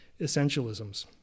essentialisms